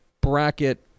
bracket